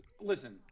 listen